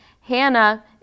hannah